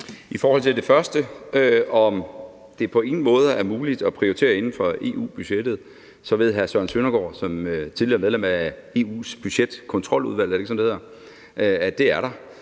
I forhold til det første spørgsmål, om det på ingen måder er muligt at prioritere inden for EU-budgettet, ved hr. Søren Søndergaard som tidligere medlem af EU's budgetkontroludvalg – er det